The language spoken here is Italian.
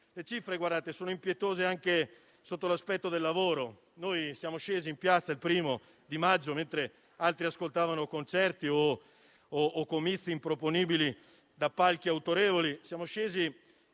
Le cifre sono impietose anche sotto l'aspetto del lavoro. Siamo scesi in piazza il 1o maggio, mentre altri ascoltavano concerti o comizi improponibili, da palchi autorevoli.